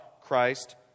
Christ